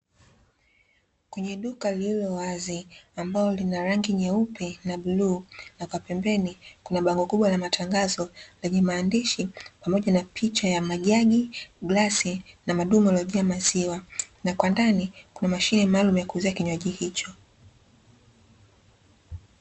Kwenye duka lililo wazi ambalo lina rangi nyeupe na bluu, na kwa pembeni kuna bango kubwa la matangazo lenye maandishi, pamoja na picha ya majani, glasi, na madumu yaliyojaa maziwa. Na kwa ndani kuna mashine maalumu ya kuuzia kinywaji hicho.